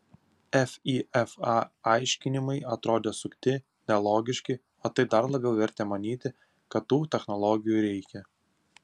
fifa aiškinimai atrodė sukti nelogiški o tai dar labiau vertė manyti kad tų technologijų reikia